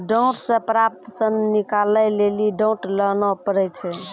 डांट से प्राप्त सन निकालै लेली डांट लाना पड़ै छै